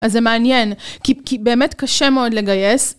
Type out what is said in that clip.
אז זה מעניין, כי, כי באמת קשה מאוד לגייס.